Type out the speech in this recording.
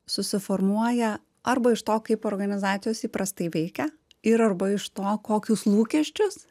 susiformuoja arba iš to kaip organizacijos įprastai veikia ir arba iš to kokius lūkesčius